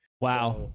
Wow